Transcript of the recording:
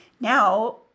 Now